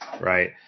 right